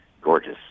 gorgeous